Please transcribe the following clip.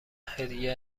هدیه